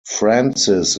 francis